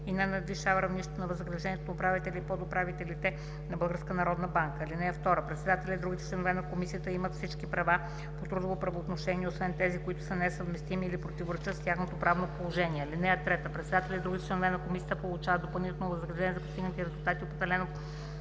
и не надвишава равнището на възнаграждението на управителя и подуправителите на Българската народна банка. (2) Председателят и другите членове на комисията имат всички права по трудово правоотношение освен тези, които са несъвместими или противоречат с тяхното правно положение. (3) Председателят и другите членове на комисията получават допълнително възнаграждение за постигнати резултати, определено